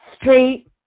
straight